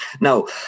Now